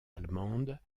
allemande